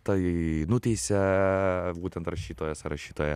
tai nuteisia būtent rašytojas ar rašytoja